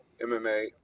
MMA